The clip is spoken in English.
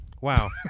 Wow